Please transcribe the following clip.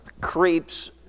Creeps